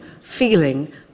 feeling